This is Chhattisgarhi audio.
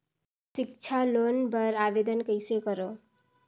सिक्छा लोन बर आवेदन कइसे करव?